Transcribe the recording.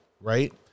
right